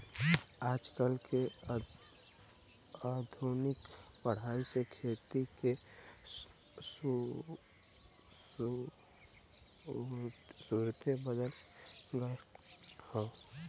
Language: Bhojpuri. आजकल के आधुनिक पढ़ाई से खेती के सुउरते बदल गएल ह